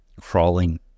crawling